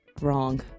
wrong